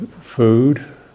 food